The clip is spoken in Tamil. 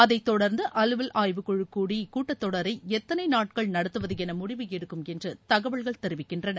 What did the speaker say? அதை தொடர்ந்து அலுவல் ஆய்வுக்குழு கூடி இக்கூட்டத் தொடரை எத்தனை நாட்கள் நடத்துவது என முடிவு எடுக்கும் என்று தகவல்கள் தெரிவிக்கின்றன